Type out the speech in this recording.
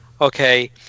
okay